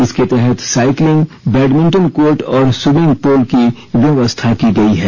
इसके तहत cycling badminton court और स्विमिंग पुल की व्यवस्था की गई है